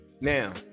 now